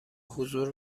حضور